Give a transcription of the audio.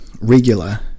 Regular